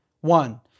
One